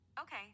Okay